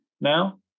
now